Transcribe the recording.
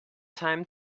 time